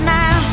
now